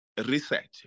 reset